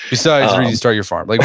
besides reading start your farm. like